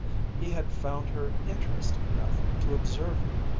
he had found her interesting enough to observe her,